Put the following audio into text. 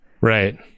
Right